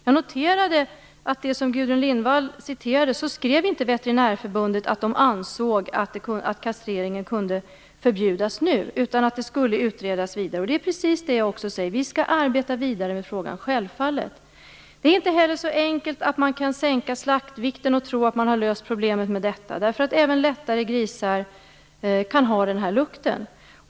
Jag noterade att enligt det som Gudrun Lindvall läste upp skrev inte Veterinärförbundet att de ansåg att kastreringen kunde förbjudas nu, utan att det skulle utredas vidare. Det är precis det jag också säger. Vi skall självfallet arbeta vidare med frågan. Det är inte heller så enkelt att man kan sänka slaktvikten och tro att man har löst problemet med detta. Även lättare grisar kan ha den här lukten.